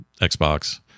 Xbox